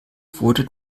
wurde